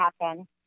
happen